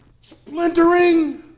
splintering